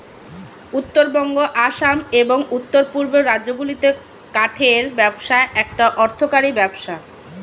উত্তরবঙ্গ, আসাম, এবং উওর পূর্বের রাজ্যগুলিতে কাঠের ব্যবসা একটা অর্থকরী ব্যবসা